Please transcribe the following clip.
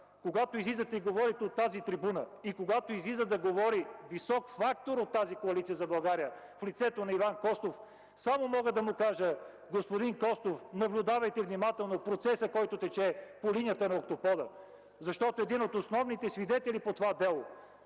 когато излизате и говорите от тази трибуна и когато излиза да говори висок фактор от тази Коалиция за България, в лицето на Иван Костов, само мога да му кажа: Господин Костов, наблюдавайте внимателно процеса, който тече по линията на „Октопода”. Защото един от основните свидетели по това дело